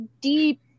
deep